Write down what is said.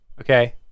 Okay